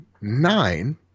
nine